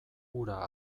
ura